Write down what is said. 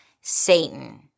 Satan